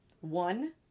one